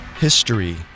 History